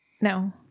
No